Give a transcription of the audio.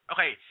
Okay